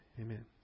Amen